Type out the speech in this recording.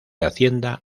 hacienda